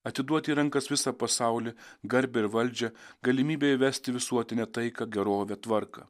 atiduoti į rankas visą pasaulį garbę ir valdžią galimybę įvesti visuotinę taiką gerovę tvarką